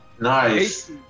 Nice